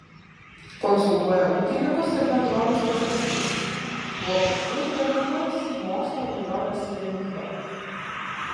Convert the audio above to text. konsultuoja ūkininkus ir bendrovių specialistus tuo pačiu įdiegdamas mokslo naujoves į gamybą